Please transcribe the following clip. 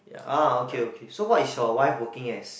ah okay okay so what is your wife working as